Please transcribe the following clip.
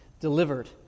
delivered